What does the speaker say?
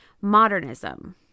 Modernism